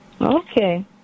Okay